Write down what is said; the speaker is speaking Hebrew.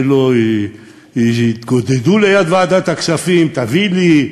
שלא התגודדו ליד ועדת הכספים: "תביא לי",